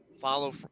Follow